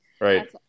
Right